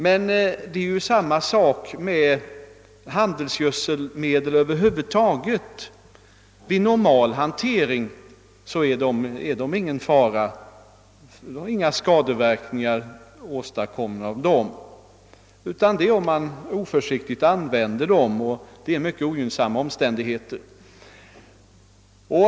Men det är ju samma sak med handelsgödselmedel över huvud taget — vid normal hantering utgör de ingen fara, åstadkommer inga skadeverkningar. Fara uppstår när man använder gödselmedlen = oförsiktigt och under ogynnsamma omständigheter.